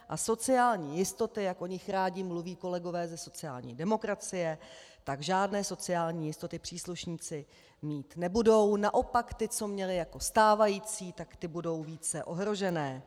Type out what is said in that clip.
A sociální jistoty, jak o nich rádi mluví kolegové ze sociální demokracie, tak žádné sociální jistoty příslušníci mít nebudou, naopak ty, co měli jako stávající, ty budou více ohrožené.